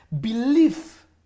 Belief